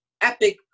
epic